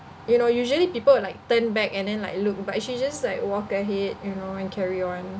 you know usually people will like turn back and then like look but she just like walk ahead you know and carry on